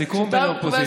הסיכום בין האופוזיציה,